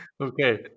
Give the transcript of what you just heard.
Okay